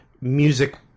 music